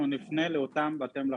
אנחנו נפנה לאותם בתי מלאכה,